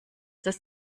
das